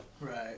Right